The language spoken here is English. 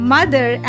Mother